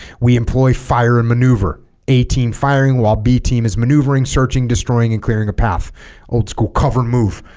we employ fire and maneuver a team firing while b team is maneuvering searching destroying and clearing a path old school cover move